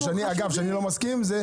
אגב, אני לא מסכים עם זה.